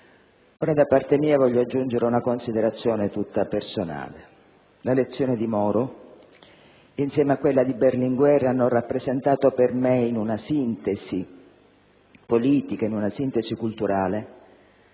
Da parte mia voglio aggiungere una considerazione tutta personale. La lezione di Moro insieme a quella di Berlinguer hanno rappresentato per me, in una sintesi politica e culturale,